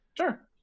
sure